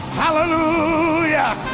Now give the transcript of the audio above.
hallelujah